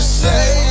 say